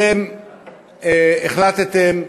אתם החלטתם,